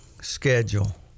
schedule